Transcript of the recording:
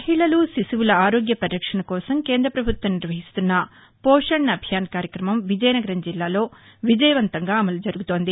మహిళలు శిశువుల ఆరోగ్య పరిరక్షణ కోసం కేంద్రపభుత్వం నిర్వహిస్తున్న పోషణ్ అభియాన్ కార్యక్రమం విజయనగరం జిల్లాలో విజయవంతంగా అమలు జరుగుతోంది